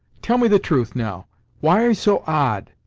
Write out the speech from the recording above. tell me the truth, now why are you so odd?